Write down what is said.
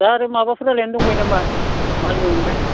दा ओरै माबाफोर रायलायनो दंबायो नामा मालनि अनगायै